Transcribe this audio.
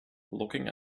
looking